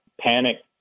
panic